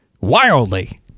Wildly